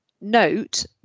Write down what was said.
Note